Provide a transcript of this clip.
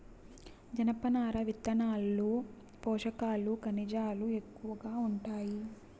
జనపనార విత్తనాల్లో పోషకాలు, ఖనిజాలు ఎక్కువగా ఉంటాయి